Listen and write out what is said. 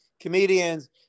Comedians